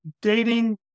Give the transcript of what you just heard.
dating